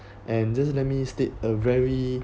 and just let me state a very